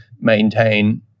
maintain